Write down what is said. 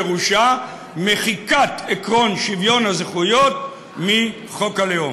פירושה מחיקת עקרון שוויון הזכויות מחוק הלאום.